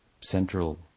central